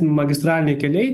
magistraliniai keliai